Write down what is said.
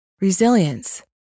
Resilience